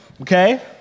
okay